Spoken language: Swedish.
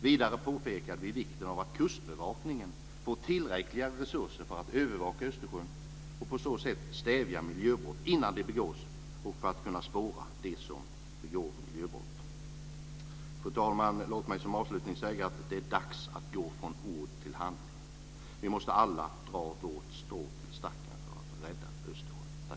Vidare påpekar vi vikten av att Kustbevakningen får tillräckliga resurser för att övervaka Östersjön och på så sätt stävja miljöbrott innan de begås och för att kunna spåra dem som begår miljöbrott. Fru talman! Det är dags att gå från ord till handling. Vi måste alla dra vårt strå till stacken för att rädda Östersjön!